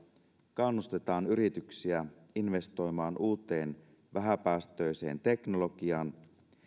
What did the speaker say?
kannustetaan yrityksiä investoimaan uuteen vähäpäästöiseen teknologiaan